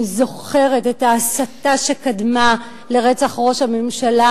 אני זוכרת את ההסתה שקדמה לרצח ראש הממשלה,